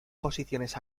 posiciones